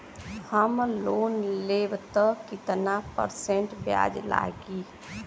हम लोन लेब त कितना परसेंट ब्याज लागी?